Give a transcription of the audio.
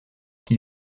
qui